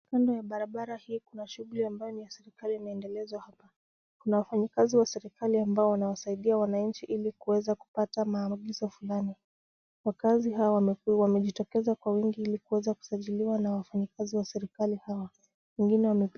Kando ya barabara hii kuna shughuli ambayo ni ya serikali ambayo inaendelezwa hapa .Kuna wafanyikazi wa serikali ambao wanawasaidia wananchi ili kuweza kupata maagizo fulani. Wakazi hawa wamejitokeza kwa wingi ili kuweza kusajiliwa na wafanyikazi wa serikali hawa wengine.